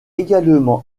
également